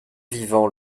vivant